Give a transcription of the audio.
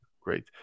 great